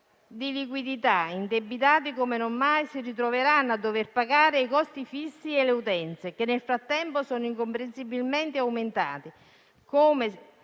di liquidità e indebitati come non mai, si ritroveranno a dover pagare i costi fissi e le utenze, che nel frattempo sono incomprensibilmente aumentati, con